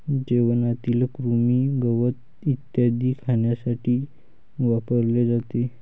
जेवणातील कृमी, गवत इत्यादी खाण्यासाठी वापरले जाते